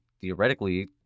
theoretically